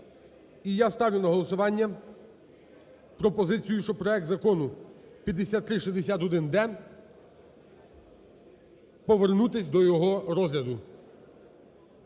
І я ставлю на голосування пропозицію, що проект Закону 5361-д повернутися до його розгляду